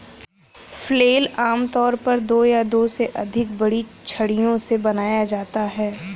flail आमतौर पर दो या दो से अधिक बड़ी छड़ियों से बनाया जाता है